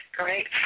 great